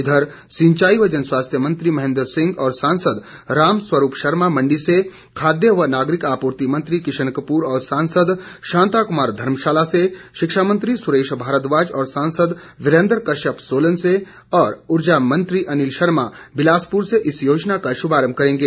इधर सिंचाई व जन स्वास्थ्य मंत्री महेन्द्र सिंह और सांसद रामस्वरूप शर्मा मण्डी से खाद्य व नागरिक आपूर्ति मंत्री किशन कपूर और सांसद शांता कुमार धर्मशाला से शिक्षा मंत्री सुरेश भारद्वाज और सांसद वीरेन्द्र कश्यप सोलन से और ऊर्जा मंत्री अनिल शर्मा बिलासपुर से इस योजना का शुभारम्भ करेंगे